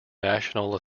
national